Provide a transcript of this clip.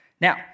Now